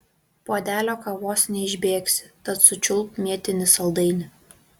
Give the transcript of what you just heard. puodelio kavos neišbėgsi tad sučiulpk mėtinį saldainį